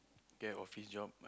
get a office job